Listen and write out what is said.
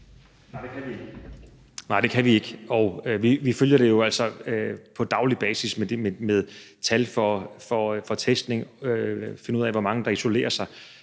Nej, det kan vi ikke, og vi følger det jo altså på daglig basis med tal for testning, og vi finder ud af, hvor mange der isolerer sig.